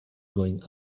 going